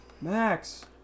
Max